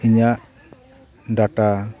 ᱤᱧᱟᱹᱜ ᱰᱟᱴᱟ